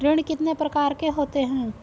ऋण कितने प्रकार के होते हैं?